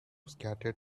scattered